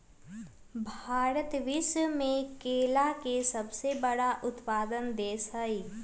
भारत विश्व में केला के सबसे बड़ उत्पादक देश हई